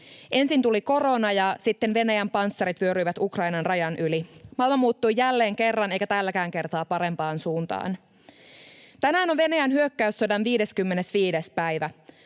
Ensin tuli korona, ja sitten Venäjän panssarit vyöryivät Ukrainan rajan yli. Maailma muuttui jälleen kerran, eikä tälläkään kertaa parempaan suuntaan. Tänään on Venäjän hyökkäyssodan 55. päivä.